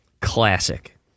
Classic